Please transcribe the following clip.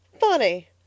Funny